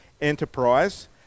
enterprise